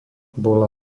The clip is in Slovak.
bola